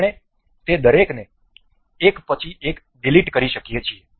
આપણે તે દરેકને એક પછી એક ડીલીટ કરી શકીએ છીએ